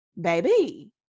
baby